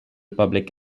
public